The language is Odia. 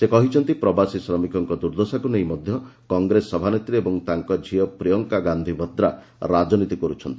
ସେ କହିଛନ୍ତି ପ୍ରବାସୀ ଶ୍ରମିକଙ୍କ ଦୁର୍ଦ୍ଦଶାକୁ ନେଇ ମଧ୍ୟ କଂଗ୍ରେସ ସଭାନେତ୍ରୀ ଏବଂ ତାଙ୍କ ଝିଅ ପ୍ରିୟଙ୍କା ଗାନ୍ଧି ଭଦ୍ରା ରାଜନୀତି କରୁଛନ୍ତି